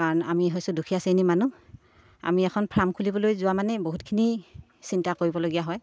কাৰণ আমি হৈছো দুখীয়া শ্ৰেণী মানুহ আমি এখন ফাৰ্ম খুলিবলৈ যোৱা মানে বহুতখিনি চিন্তা কৰিবলগীয়া হয়